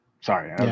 Sorry